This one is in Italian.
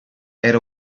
era